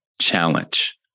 challenge